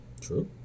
True